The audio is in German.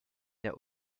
der